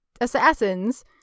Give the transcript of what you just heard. assassins